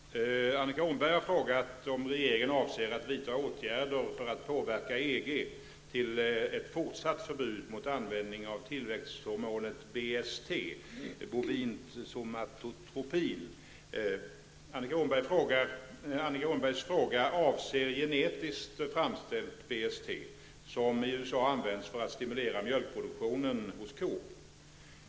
Herr talman! Annika Åhnberg har frågat om regeringen avser att vidta åtgärder för att påverka Annika Åhnbergs fråga avser gentekniskt framställt BST, som i USA används för att stimulera mjölkproduktionen hos kor.